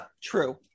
true